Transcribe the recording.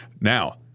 Now